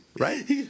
Right